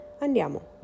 Andiamo